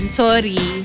sorry